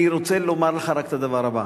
אני רוצה לומר לך רק את הדבר הבא,